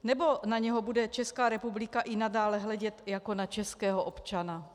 Nebo na něho bude Česká republika i nadále hledět jako na českého občana?